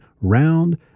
round